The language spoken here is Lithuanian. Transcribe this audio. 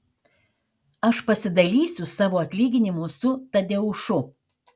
aš pasidalysiu savo atlyginimu su tadeušu